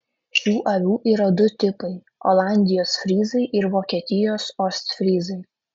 šių avių yra du tipai olandijos fryzai ir vokietijos ostfryzai